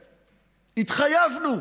התחייבנו.